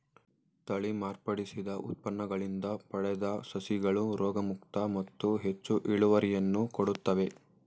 ತಳಿ ಮಾರ್ಪಡಿಸಿದ ಉತ್ಪನ್ನಗಳಿಂದ ಪಡೆದ ಸಸಿಗಳು ರೋಗಮುಕ್ತ ಮತ್ತು ಹೆಚ್ಚು ಇಳುವರಿಯನ್ನು ಕೊಡುತ್ತವೆ